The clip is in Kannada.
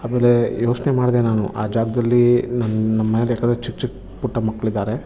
ಆಮೇಲೆ ಯೋಚನೆ ಮಾಡಿದೆ ನಾನು ಆ ಜಾಗದಲ್ಲಿ ನಮ್ಮ ಮನೆಲಿ ಯಾಕಂದರೆ ಚಿಕ್ಕ ಚಿಕ್ಕ ಪುಟ್ಟ ಮಕ್ಳಿದ್ದಾರೆ